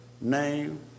name